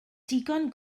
digon